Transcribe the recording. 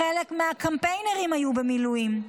חלק מהקמפיינרים היו במילואים.